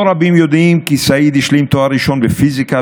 לא רבים יודעים שסעיד השלים תואר ראשון בפיזיקה